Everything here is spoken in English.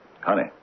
Honey